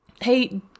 Hey